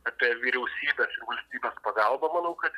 apie vyriausybės ir valstybės pagalbą manau kad